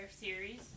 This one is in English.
series